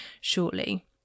shortly